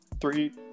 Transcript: three